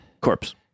Corpse